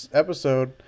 episode